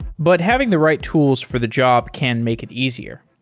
but having the right tools for the job can make it easier.